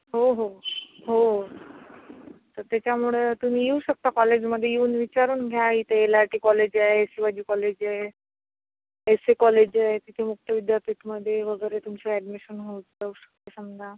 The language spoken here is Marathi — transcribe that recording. हो हो हो तं तेच्यामुळे तुम्ही येऊ शकता कॉलेजमध्ये येऊन विचारून घ्या इथे एल आर टी कॉलेज आहे एस वाय बी कॉलेज आहे एस ए कॉलेज आहे तिथं मुक्त विद्यापीठमध्ये वगैरे तुमचं ॲडमिशन होऊन जाऊ शकतं समजा